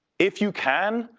if you can,